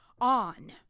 on